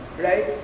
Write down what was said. right